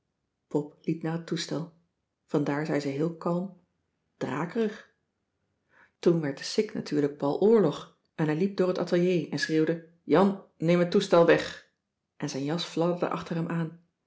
pop liep naar het toestel vandaar zei ze heel kalm drakerig toen werd de sik natuurlijk baloorlog en hij liep door t atelier en schreeuwde jan neem het toestel weg en zijn jas fladderde achter hem aan